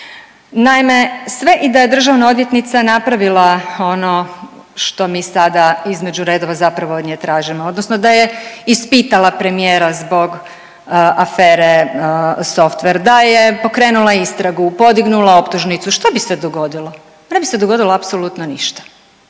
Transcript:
Naime, sve i da je državna odvjetnica napravila ono što mi sada između redova zapravo od nje tražimo odnosno da je ispitala premijera zbog afere softver, da je pokrenula istragu, podignula optužnicu, što bi se dogodilo? Pa ne bi se dogodilo apsolutno ništa,